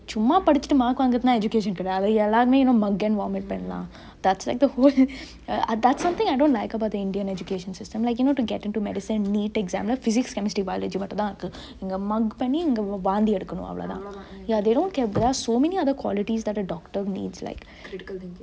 சும்மா படிச்சுட்டு:cumma padichuttu mark வாங்குருதுனா:vaanguruthunaa education கெடையாது அது எல்லாருமே:kedaiyaathu athu ellarume mug and vomit பன்லா:panlaa that's like the whole that's something that I don't like about the indian education system like you know to get into medicine neet exam ல:le physics chemistry biology மட்டுதா இருக்கு இங்க:mattuthaa irukku ingge mug panni இங்க வாந்தி எடுக்குனு அவளோதா:ingge vaanthi edukunu avalothaa ya they don't care there are so many other qualities that a doctor needs like